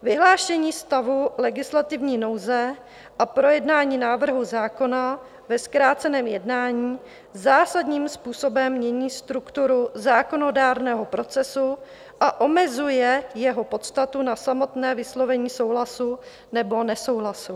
Vyhlášení stavu legislativní nouze a projednání návrhu zákona ve zkráceném jednání zásadním způsobem mění strukturu zákonodárného procesu a omezuje jeho podstatu na samotné vyslovení souhlasu nebo nesouhlasu.